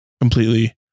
completely